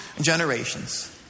generations